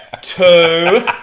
Two